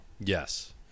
Yes